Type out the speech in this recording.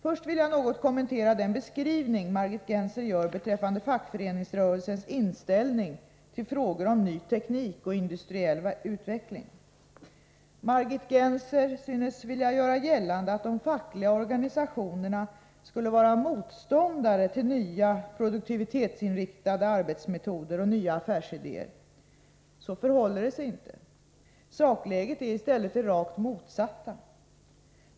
Först vill jag något kommentera den beskrivning Margit Gennser gör Margit Gennser synes vilja göra gällande att de fackliga organisationerna skulle vara motståndare till nya produktivitetsinriktade arbetsmetoder och nya affärsidéer. Så förhåller det sig inte. Sakläget är i stället det rakt motsatta.